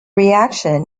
reaction